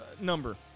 number